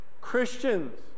Christians